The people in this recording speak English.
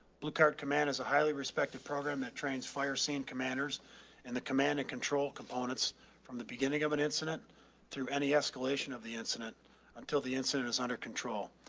blue card command is a highly respective program that trains fire scene commanders and the command and control components from the beginning of an incident through any escalation of the incident until the incident is under control.